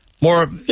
more